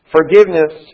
Forgiveness